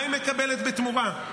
מה היא מקבלת בתמורה?